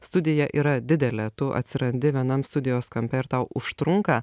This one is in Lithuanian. studija yra didelė tu atsirandi vienam studijos kampe ir tau užtrunka